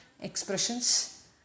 expressions